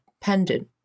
pendant